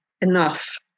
enough